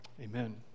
Amen